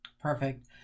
perfect